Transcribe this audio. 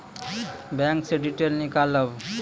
Bank से detail नीकालव?